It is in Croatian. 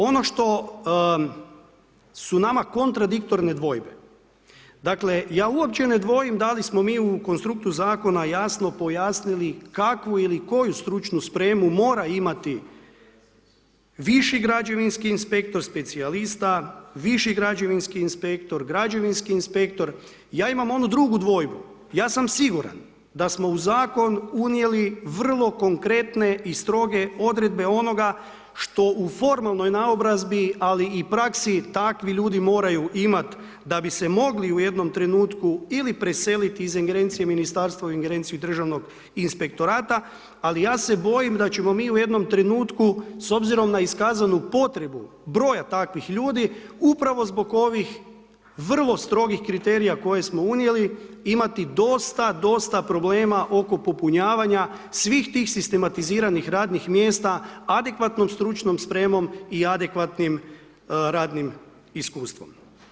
Ono što su nama kontradiktorne dvojbe, dakle ja uopće ne dvojim da li smo mi u konstruktu zakona jasno pojasnili kakvu ili koju stručnu spremu mora imati viši građevinski inspektor – specijalista, viši građevinski inspektor, građevinski inspektor, ja imam onu drugu dvojbu ja sam siguran da smo u zakon unijeli vrlo konkretne i stroge odredbe onoga što u formalnoj naobrazbi ali i praksi takvi ljudi moraju imat da bi se mogli u jednom trenutku ili preselit iz ingerencije ministarstva u ingerenciju državnog inspektora, ali ja se bojim da ćemo mi u jednom trenutku s obzirom na iskazanu potrebu broja takvih ljudi upravo zbog ovih vrlo strogih kriterija koje smo unijeli imati dosta, dosta problema oko popunjavanja svih tih sistematiziranih radnih mjesta adekvatnom stručnom spremom i adekvatnim radnim iskustvom.